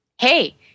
Hey